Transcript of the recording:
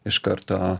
iš karto